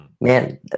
man